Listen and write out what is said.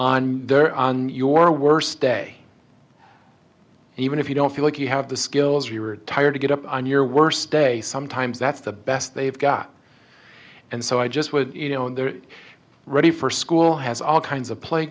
their on your worst day even if you don't feel like you have the skills you are tired to get up on your worst day sometimes that's the best they've got and so i just with you know they're ready for school has all kinds of play